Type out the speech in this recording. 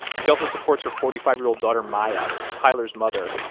she also supports her forty five year old daughter, maya, tyler's mother,